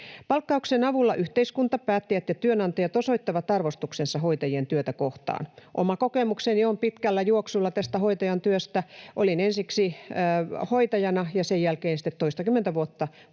Palkkauksen avulla yhteiskunta, päättäjät ja työnantajat osoittavat arvostuksensa hoitajien työtä kohtaan. Tästä hoitajan työstä on omaakin kokemusta pitkällä juoksulla: olin ensiksi hoitajana ja sen jälkeen sitten toistakymmentä vuotta koulutin